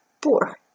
poor